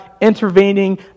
intervening